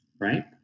right